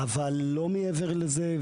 אבל לא מעבר לזה.